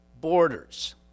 borders